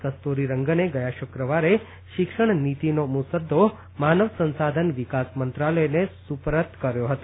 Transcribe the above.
કસ્તુરીરંગને ગયા શુક્રવારે શિક્ષણ નીતિનો મુસદ્દો માનવ સંસાધન વિકાસ મંત્રાલયને સુપરત કર્યો હતો